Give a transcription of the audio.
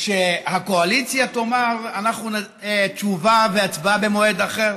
שהקואליציה תאמר שתשובה והצבעה במועד אחר?